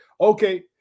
okay